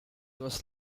was